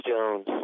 Jones